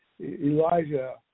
Elijah